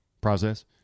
process